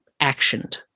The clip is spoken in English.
actioned